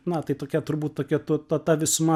na tai tokia turbūt tokia tu ta visuma